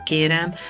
Kérem